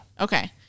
okay